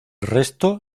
resto